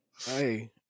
Hey